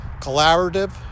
collaborative